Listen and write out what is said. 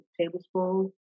tablespoons